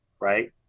right